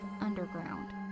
underground